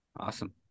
awesome